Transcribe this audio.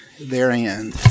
therein